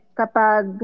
kapag